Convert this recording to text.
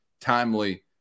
timely